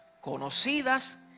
conocidas